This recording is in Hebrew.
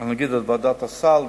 אני אדבר על ועדת הסל,